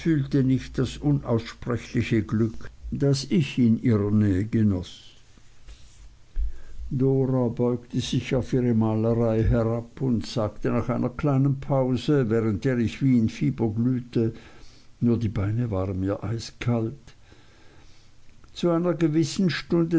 nicht das unaussprechliche glück das ich in ihrer nähe genoß dora beugte sich auf ihre malerei herab und sagte nach einer kleinen pause während der ich wie in fieber glühte nur die beine waren mir eiskalt zu einer gewissen stunde